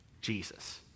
Jesus